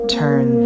turn